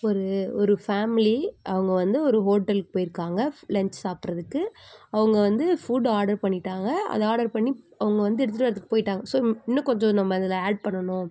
ஒரு ஒரு ஃபேமிலி அவங்க வந்து ஒரு ஹோட்டலுக்கு போயிருக்காங்க லஞ்ச் சாப்புடுறதுக்கு அவங்க வந்து ஃபுட் ஆர்டர் பண்ணிட்டாங்க அது ஆர்டர் பண்ணி அவங்க வந்து எடுத்துகிட்டு வர்கிறதுக்கு போயிட்டாங்க ஸோ இன்னும் கொஞ்சம் நம்ம அதில் ஆட் பண்ணணும்